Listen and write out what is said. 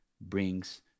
brings